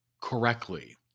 correctly